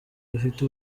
bafite